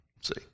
See